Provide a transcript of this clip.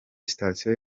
station